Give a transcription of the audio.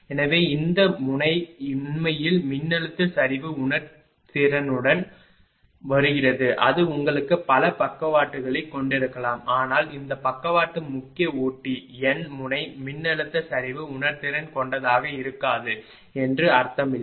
எனவே இந்த முனை உண்மையில் மின்னழுத்த சரிவு உணர்திறனுடன் வருகிறது அது உங்களுக்கு பல பக்கவாட்டுகளைக் கொண்டிருக்கலாம் ஆனால் இந்த பக்கவாட்டு முக்கிய ஊட்டி n முனை மின்னழுத்த சரிவு உணர்திறன் கொண்டதாக இருக்காது என்று அர்த்தம் இல்லை